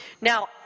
now